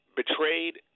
betrayed